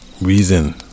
reason